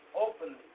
openly